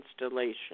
installation